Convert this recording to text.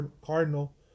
cardinal